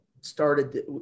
started